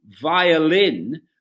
violin